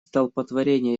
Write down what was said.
столпотворение